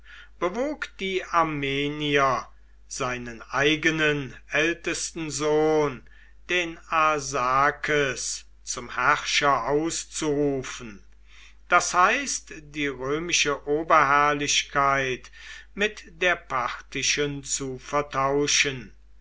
bewog die armenier seinen eigenen ältesten sohn den arsakes zum herrscher auszurufen das heißt die römische oberherrlichkeit mit der parthischen zu vertauschen